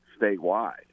statewide